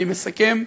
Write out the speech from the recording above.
אני מסכם,